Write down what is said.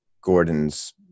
Gordon's